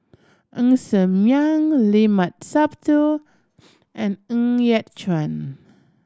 Ng Ser Miang Limat Sabtu and Ng Yat Chuan